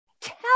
Tell